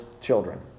children